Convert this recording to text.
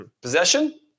Possession